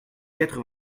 quatre